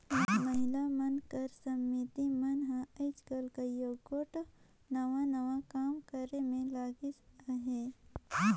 महिला मन कर समिति मन हर आएज काएल कइयो गोट नावा नावा काम करे में लगिन अहें